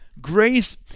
Grace